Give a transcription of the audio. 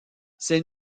ces